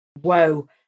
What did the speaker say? Whoa